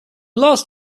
last